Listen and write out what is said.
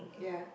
ya